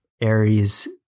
Aries